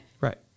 Right